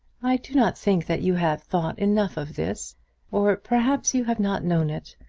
i do not think that you have thought enough of this or, perhaps, you have not known it.